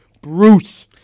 Bruce